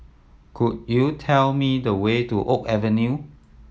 could you tell me the way to Oak Avenue